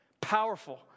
powerful